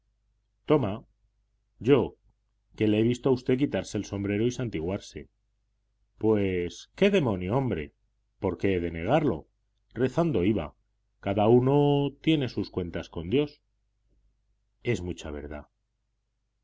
toma yo que le he visto a usted quitarse el sombrero y santiguarse pues qué demonio hombre por qué he de negarlo rezando iba cada uno tiene sus cuentas con dios es mucha verdad